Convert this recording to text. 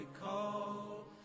call